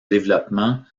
développement